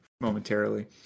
momentarily